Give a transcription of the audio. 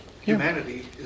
humanity